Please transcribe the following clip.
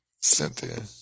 Cynthia